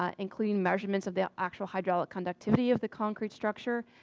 um including measurements of the actual hydraulic conductivity of the concrete structure,